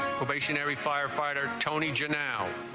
firefighter tony jr now